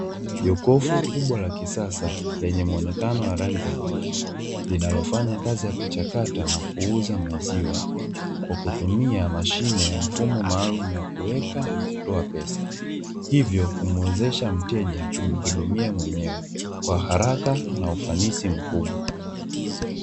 Jokofu kubwa la kisasa, lenye muonekano wa rangi ya bluu, linalofanya kazi ya kuchakata na kuuza maziwa, kwa kutumia mashine ya mfumo maalumu wa kuweka na kutoa pesa. Hivyo kumuwezesha mteja kujihudumia mwenyewe, kwa haraka na ufanisi mkubwa.